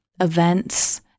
events